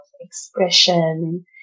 expression